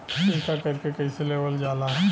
एकरके कईसे लेवल जाला?